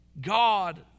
God